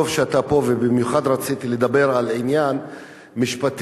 טוב שאתה פה ובמיוחד רציתי לדבר על עניין משפטי.